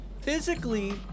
Physically